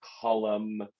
column